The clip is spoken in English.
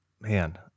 man